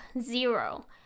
Zero